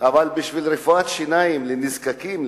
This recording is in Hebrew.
אבל בשביל רפואת שיניים לנזקקים,